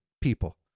people